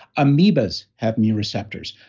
amoebas have mu receptors,